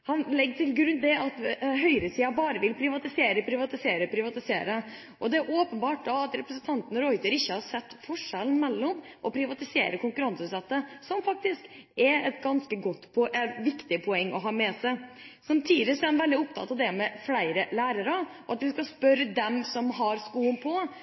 han til grunn at høyresiden bare vil privatisere, privatisere, privatisere. Det er åpenbart at representanten de Ruiter ikke har sett forskjellen mellom å privatisere og konkurranseutsette, som faktisk er et ganske viktig poeng å ha med seg. Samtidig er han veldig opptatt av flere lærere, og at man skal spørre dem som har skoen på,